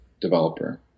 developer